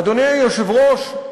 אדוני היושב-ראש,